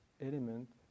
element